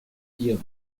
dire